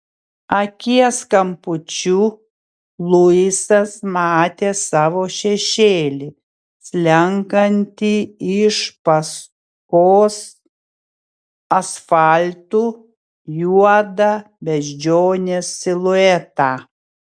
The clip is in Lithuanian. akies kampučiu luisas matė savo šešėlį slenkantį iš paskos asfaltu juodą beždžionės siluetą